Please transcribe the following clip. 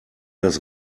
das